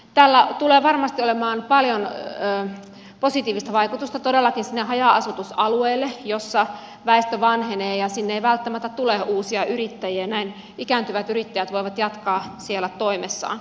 tällä tulee varmasti olemaan paljon positiivista vaikutusta todellakin sinne haja asutusalueille missä väestö vanhenee ja minne ei välttämättä tule uusia yrittäjiä ja näin ikääntyvät yrittäjät voivat jatkaa siellä toimessaan